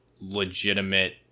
legitimate